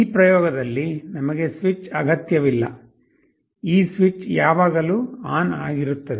ಈ ಪ್ರಯೋಗದಲ್ಲಿ ನಮಗೆ ಸ್ವಿಚ್ ಅಗತ್ಯವಿಲ್ಲ ಈ ಸ್ವಿಚ್ ಯಾವಾಗಲೂ ಆನ್ ಆಗಿರುತ್ತದೆ